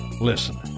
Listen